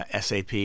SAP